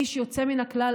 איש יוצא מן הכלל,